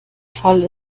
fall